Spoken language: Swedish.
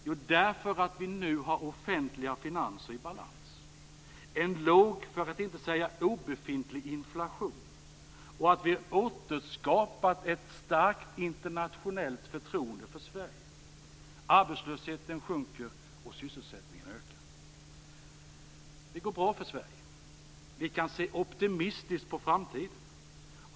Jo, därför att vi nu har offentliga finanser i balans och en låg för att inte säga obefintlig inflation och därför att vi återskapat ett starkt internationellt förtroende för Sverige. Arbetslösheten sjunker, och sysselsättningen ökar. Det går bra för Sverige. Vi kan se optimistiskt på framtiden.